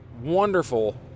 wonderful